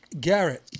Garrett